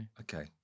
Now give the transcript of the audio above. okay